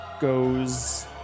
goes